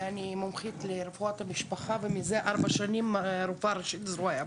ואני מומחית לרפואת המשפחה ומזה כארבע שנים הרופאה הראשית בזרוע היבשה.